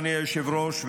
אדוני היושב-ראש,